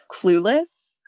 clueless